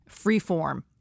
Freeform